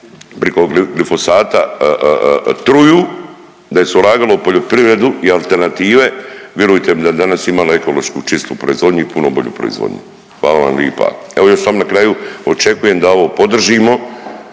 priko grifosata truju, da se ulagalo u poljoprivredu i alternative, virujte da bi danas imali ekološku čistu proizvodnju i puno bolju proizvodnju. Hvala vam lipa. Evo, još samo na kraju, očekujem da ovo podržimo